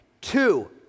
two